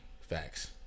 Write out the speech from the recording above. Facts